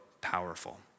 powerful